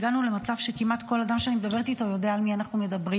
הגענו למצב שכמעט כל אדם שאני מדברת איתו יודע על מי אנחנו מדברים.